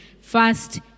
first